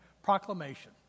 proclamation